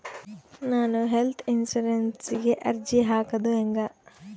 ನಾನು ಹೆಲ್ತ್ ಇನ್ಸುರೆನ್ಸಿಗೆ ಅರ್ಜಿ ಹಾಕದು ಹೆಂಗ?